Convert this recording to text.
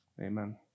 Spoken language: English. Amen